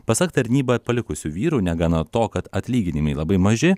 pasak tarnybą palikusių vyrų negana to kad atlyginimai labai maži